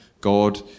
God